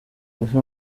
mbese